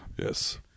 yes